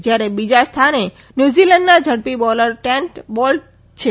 જયારે બીજા સ્થાને ન્યુઝીલેન્ડના ઝડપી બોલર ટેન્ટ બોલ્ટ છે